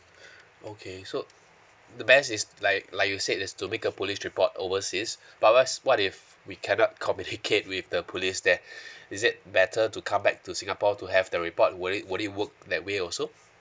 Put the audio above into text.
okay so the best is like like you said is to make a police report overseas but what if what if we cannot communicate with the police there is it better to come back to singapore to have the report would it would it work that way also